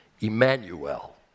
Emmanuel